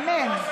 אמן.